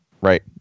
right